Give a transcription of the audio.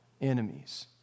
enemies